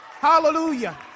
Hallelujah